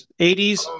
80s